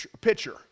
pitcher